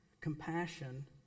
Compassion